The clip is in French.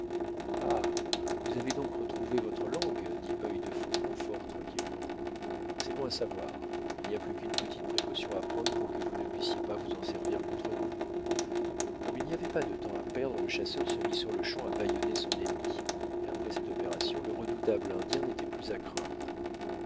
vous avez donc retrouvé votre langue dit œil defaucon fort tranquillement c'est bon à savoir il n'y a plus qu'une petite précaution à prendre pour que vous ne puissiez pas vous en servir contre nous comme il n'y avait pas de temps à perdre le chasseur se mit sur-le-champ à bâillonner son ennemi et après cette opération le redoutable indien n'était plus à craindre